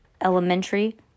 Elementary